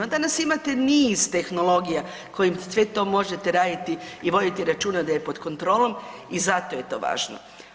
Danas imate niz tehnologija kojim sve to možete raditi i voditi računa da je pod kontrolom i zato je to važno.